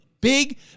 big